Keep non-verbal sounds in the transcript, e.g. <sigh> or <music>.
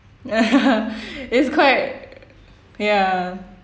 <laughs> it's quite ya